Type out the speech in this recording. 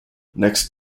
next